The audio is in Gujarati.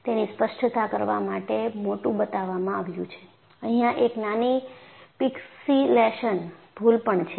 તેની સ્પષ્ટતા કરવા માટે મોટું બતાવવામાં આવ્યું છે અહીંયા એક નાની પિક્સિલેશન ભૂલ પણ છે